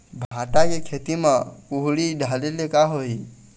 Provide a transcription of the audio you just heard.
भांटा के खेती म कुहड़ी ढाबे ले का होही?